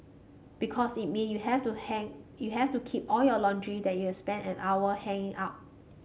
because it mean you have to hang you have to keep all your laundry that you spent an hour hanging up